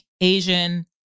Asian